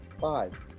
Five